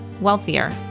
wealthier